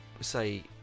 say